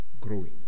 growing